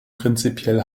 prinzipiell